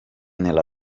nella